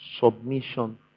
submission